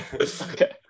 Okay